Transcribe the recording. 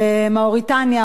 מאוריטניה,